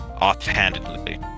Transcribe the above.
offhandedly